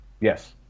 Yes